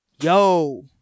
Yo